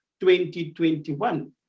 2021